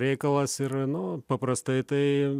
reikalas ir nu paprastai tai